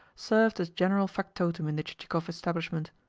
served as general factotum in the chichikov establishment.